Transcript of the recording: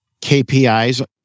KPIs